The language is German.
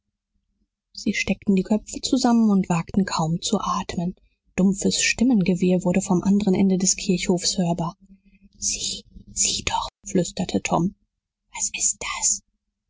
sie steckten die köpfe zusammen und wagten kaum zu atmen dumpfes stimmengewirr wurde vom anderen ende des kirchhofes hörbar sieh sieh doch flüsterte tom was ist das